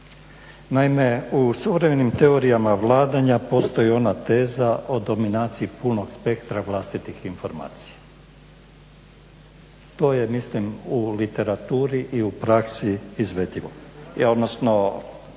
Naime, u suvremenim teorijama vladanja postoji ona teza o dominaciji punog spektra vlastitih informacija. To je mislim u literaturi i u praksi izvedivo. Odnosno